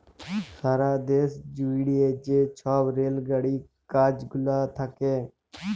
সারা দ্যাশ জুইড়ে যে ছব রেল গাড়ির কাজ গুলা থ্যাকে